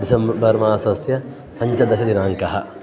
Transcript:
December मासस्य पञ्चदशदिनाङ्कः